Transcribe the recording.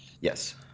Yes